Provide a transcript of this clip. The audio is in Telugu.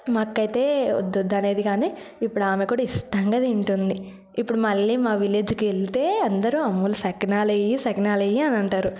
మా అక్క అయితే వద్దొద్దు అనేది కాని ఇప్పుడు ఆమె కూడా ఇష్టంగా తింటుంది ఇప్పుడు మళ్ళీ మా విలేజ్కి వెళ్తే అందరూ అమ్ములు సకినాలు ఏవి సకినాలు ఏవి అని అంటారు